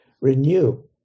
renew